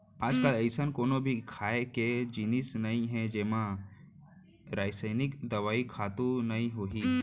आजकाल अइसन कोनो भी खाए के जिनिस नइ हे जेमा रसइनिक दवई, खातू नइ होही